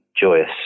joyous